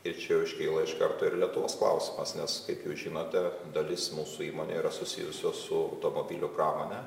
ir čia jau iškyla iš karto ir lietuvos klausimas nes kaip jau žinote dalis mūsų įmonių yra susijusios su automobilių pramone